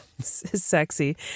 sexy